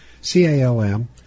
C-A-L-M